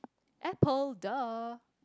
apple duh